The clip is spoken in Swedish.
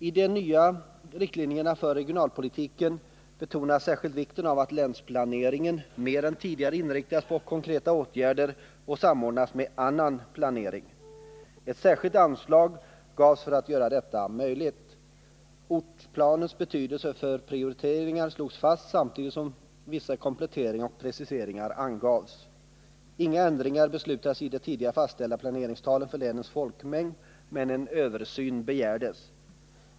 I de nya riktlinjerna för regionalpolitiken betonades särskilt vikten av att länsplaneringen mer än tidigare inriktades på konkreta åtgärder och samordning med annan planering. Ett särskilt anslag gavs för att göra detta möjligt. Ortplanens betydelse för prioriteringar slogs fast, samtidigt som vissa kompletteringar och preciseringar angavs. Inga ändringar beslutades i de tidigare fastställda planeringstalen för länens folkmängd men en översyn begärdes.